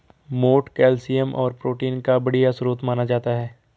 मोठ कैल्शियम और प्रोटीन का बढ़िया स्रोत माना जाता है